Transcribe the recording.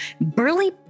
burly